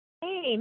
Hey